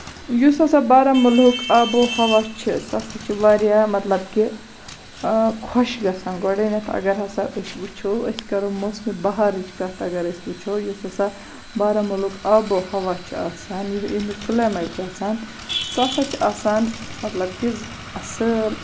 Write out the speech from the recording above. یُس ہسا بارہمُلہُک آبو ہوا چھُ سُہ سا چھُ واریاہ مطلب کہِ خۄش گژھان گۄڈٕنیٚتھ اَگر ہسا أسۍ وُچھو أسۍ کرو موسمہِ بَہارٕچ کَتھ اَگر أسۍ وُچھو یُس ہسا بارہمُلہُک آب ہوا چھُ آسان ییٚمیُک کٕلیمیٹ چھُ آسان سُہ ہسا چھُ آسان مطلب کہِ اَصٕل